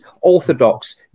Orthodox